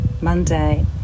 Monday